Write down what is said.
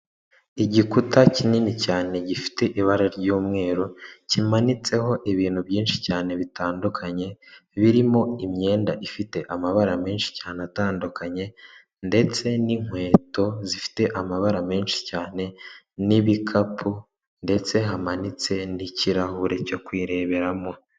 Igikuta kinini cyane gifite ibara ry'umweru, kimanitseho ibintu byinshi cyane bitandukanye, birimo imyenda ifite amabara menshi cyane atandukanye ndetse n'inkweto zifite amabara menshi cyane n'ibikapu ndetse hamanitse n'ikirahure cyo kwireberamo.